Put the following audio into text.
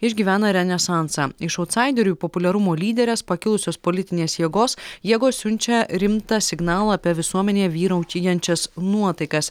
išgyvena renesansą iš autsaiderių į populiarumo lyderes pakilusios politinės jėgos jėgos siunčia rimtą signalą apie visuomenėje vyraujančias nuotaikas